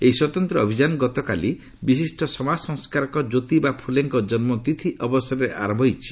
ଏହି ସ୍ୱତନ୍ତ୍ର ଅଭିଯାନ ଗତକାଲି ବିଶିଷ୍ଟ ସମାଜ ସଂସ୍କାରକ ଜ୍ୟୋତିବା ଫୁଲେଙ୍କ ଜନ୍ମତିଥି ଅବସରରେ ଆରମ୍ଭ ହୋଇଛି